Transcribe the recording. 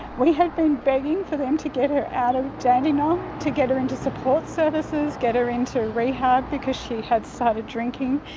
we had been begging for them to get her out of dandenong, to get her into support services, get her into rehab because she had started drinking.